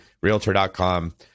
Realtor.com